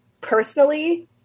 personally